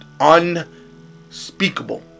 unspeakable